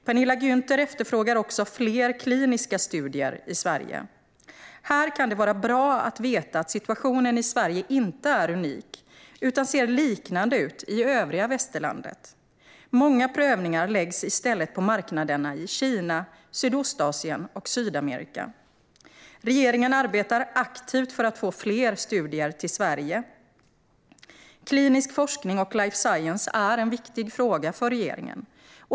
Penilla Gunther efterfrågar också fler kliniska studier i Sverige. Här kan det vara bra att veta att situationen i Sverige inte är unik utan ser liknande ut i övriga västerlandet. Många prövningar läggs i stället på marknaderna i Kina, Sydostasien och Sydamerika. Regeringen arbetar aktivt för att få fler studier till Sverige. Klinisk forskning och life science är en viktig fråga för regeringen.